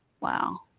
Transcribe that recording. wow